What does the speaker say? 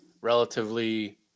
relatively